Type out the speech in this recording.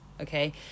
okay